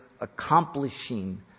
accomplishing